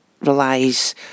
relies